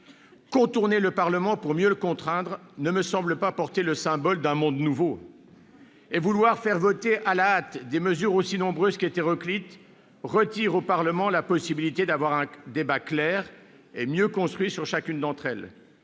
Contourner le Parlement pour mieux le contraindre, cela ne me semble pas porter le symbole d'un monde nouveau ... C'est vrai ! En voulant faire voter à la hâte des mesures aussi nombreuses qu'hétéroclites, on retire au Parlement la possibilité d'avoir un débat clair et mieux construit sur chacune d'entre elles.